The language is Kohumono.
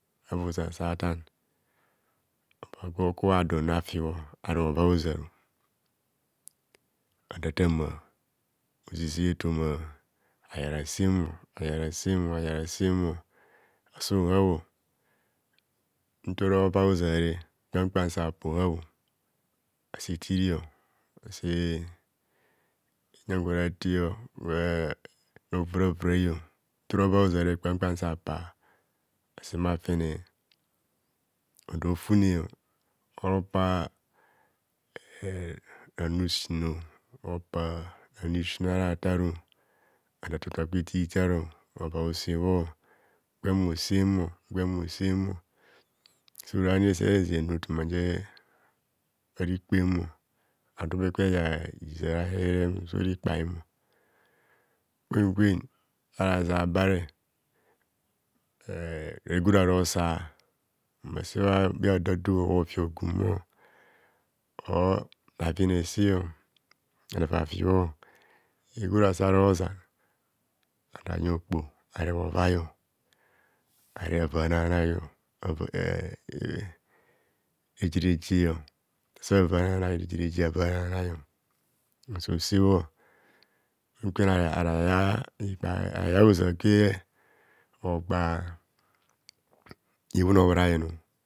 Sava hoza sa tan okpo gwo kubha done ava afibho are ova ozaro ada tama ozi zia eɨoma ayar asemo ayar asemo ayar asemo ase ohabho ntora ova ozare kpam kpam sa pa ohabh ase itiri ase nyan kwarate oraa gwo viravivio ntora ova ozare kpam kpam sa pa ase mma fene odo fune opaca eeh ranu sino opa ranu sin arataro satoto gwe ito itaro avah osebho gwem osenro gwen osemo sorani ese re zen eme nu etoma jеmо bharikреmо a dogwe ke yar ijin a herehere mmor so ra ikpaimo gwen gwen arara ze abare eeh regora rosaa mma sebhada do ofi ogummo or avine se ava fibho regora sa rozan ada yen okpo areb ovaio areb avana bhanai ava eh eh rejereje savana bhanai rejereje avana bhanai mmoso sebho kwen kwen ayara, yea ikpaiaya oza kwe re mmogbaa ihu- hun obhorayen